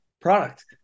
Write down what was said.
product